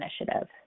initiative